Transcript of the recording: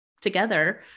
together